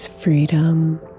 freedom